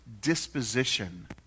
disposition